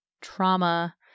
trauma